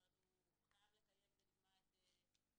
זאת אומרת הוא חייב לקיים לדוגמה את (3)